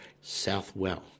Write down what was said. Southwell